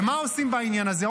ומה עושים בעניין הזה?